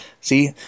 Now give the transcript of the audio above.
See